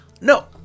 no